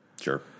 Sure